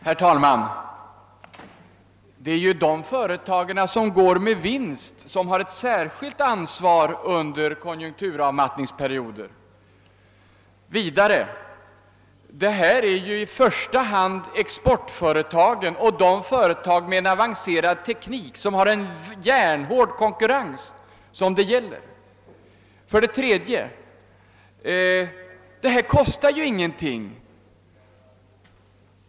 Herr talman! För det första vill jag säga att det är de företag som gått med vinst som har ett särskilt ansvar under konjunkturavmattningsperioder. För det andra gäller detta i första hand exportföretag och sådana företag som arbetar med avancerad teknik och under järnhård konkurrens. För det tredje kan sägas att det ingenting kostar.